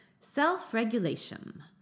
Self-regulation